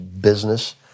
business